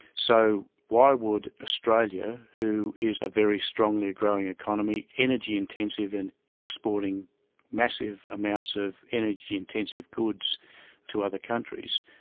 so why would australia, who is a very strongly growing economy, energy intensive and exporting massive amounts of energy intensive goods to other countries,